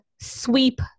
sweep